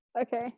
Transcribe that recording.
Okay